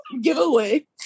Giveaway